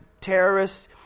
terrorists